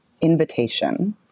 invitation